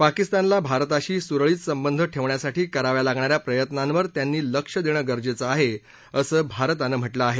पाकिस्तानला भारताशी सुरळीत संबंध ठेवण्यासाठी कराव्या लागणाऱ्या प्रयत्नांवर त्यांनी लक्ष देणं गरजेचं आहे असं भारतान म्हा झे आहे